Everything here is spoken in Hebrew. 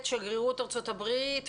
את שגרירות ארצות הברית,